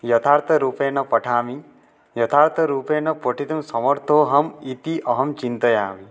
यथार्थरूपेण पठामि यथार्थरूपेण पठितुं समर्थोऽहम् इति अहं चिन्तयामि